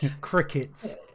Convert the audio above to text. Crickets